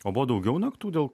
o buvo daugiau naktų dėl